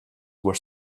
were